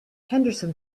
henderson